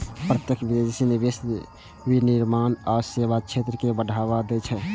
प्रत्यक्ष विदेशी निवेश विनिर्माण आ सेवा क्षेत्र कें बढ़ावा दै छै